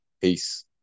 Peace